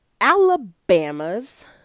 Alabama's